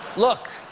look.